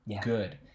good